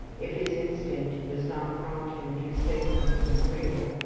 if his instinct does not prompt him to say something agreeable,